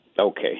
Okay